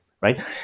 right